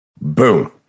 Boom